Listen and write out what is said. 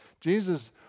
Jesus